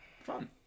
Fun